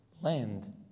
land